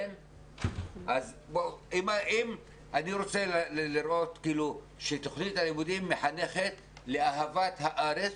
אני רוצה לראות שתוכנית הלימודים מחנכת לאהבת הארץ,